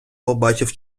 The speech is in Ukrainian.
побачив